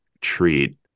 treat